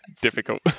difficult